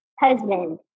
husband